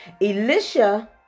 Elisha